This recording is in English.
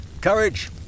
Courage